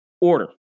order